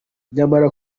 nyamara